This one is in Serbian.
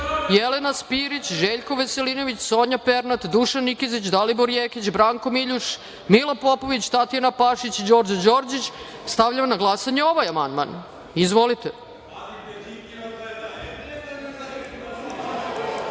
Jelena Spirić, Željko Veselinović, Sonja Pernat, Dušan Nikezić, Dalibor Jekić, Branko Miljuš, Mila Popović, Tatjana Pašić i Đorđe Đorđić. Stavljam na glasanje i ovaj amandman. Zaključujem